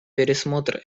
пересмотр